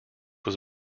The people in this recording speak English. was